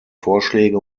vorschläge